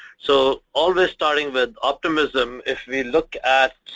so always starting with optimism if we look at